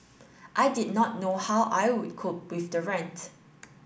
I did not know how I would cope with the rent